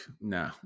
no